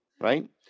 right